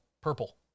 purple